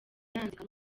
yanzika